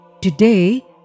Today